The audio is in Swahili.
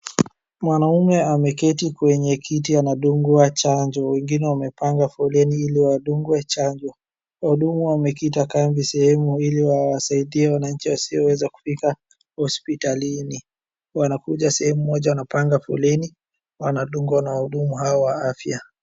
Mwanaume ameketi kwenye kiti anadungwa chanjo. Wengine wamepanga foleni ili wadungwe chanjo. Wahudumu wamekita kambi sehemu ili wawasaidie wananchi wasioweza kufika hospitalini. Wanakuja sehemu moja wanapanga foleni wanadungwa na wahudumu hao wa afya.